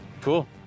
Cool